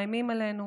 מאיימים עלינו,